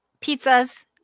pizzas